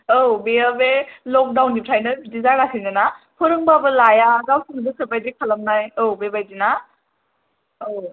औ बेयो बे ल'क दाउन निफ्रायनो बिदि जागासिनो ना फोरोंबाबो लाया गावसोर गोसो बादि खालामनाय औ बेबादि ना औ